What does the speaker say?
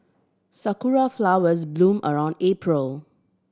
sakura flowers bloom around April